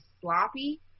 sloppy